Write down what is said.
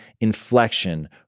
inflection